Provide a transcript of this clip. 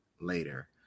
later